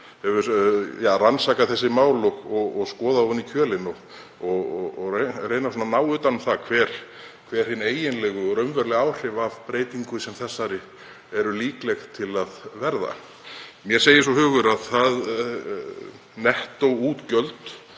hefur rannsakað þessi mál og skoðað ofan í kjölinn, og reyna að ná utan um það hver hin eiginlegu áhrif af breytingu sem þessari eru líkleg til að verða. Mér segir svo hugur um að nettóútgjöld